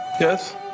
Yes